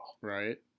Right